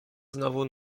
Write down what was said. znowu